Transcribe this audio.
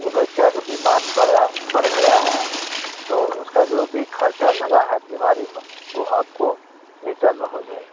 जो बच्चा का बीमार पड़ा पड़ गया है तो उसका जो भी खर्चा लगा है बीमारी मा वो आपको रिटर्न हो जाएगा